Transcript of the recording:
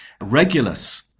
Regulus